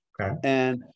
Okay